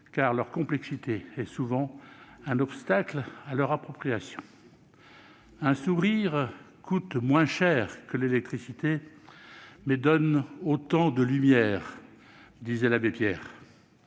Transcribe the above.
dont la complexité est souvent un obstacle à leur appropriation. « Un sourire coûte moins cher que l'électricité, mais donne autant de lumière », disait l'abbé Pierre.